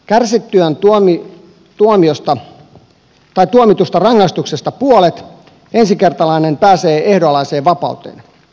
kärsittyään tuomitusta rangaistuksesta puolet ensikertalainen pääsee ehdonalaiseen vapauteen